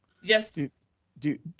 yes, you do.